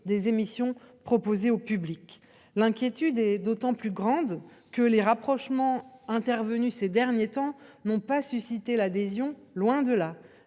des émissions proposées au public. L'inquiétude est d'autant plus grande que les rapprochements intervenus ces derniers temps n'ont pas suscité l'adhésion, loin de là.